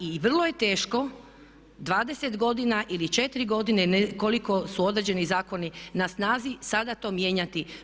I vrlo je teško 20 godina ili 4 godine koliko su određeni zakoni na snazi sada to mijenjati.